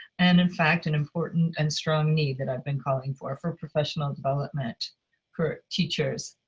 and in fact, an important and strong need that i've been calling for for professional development for teachers